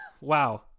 wow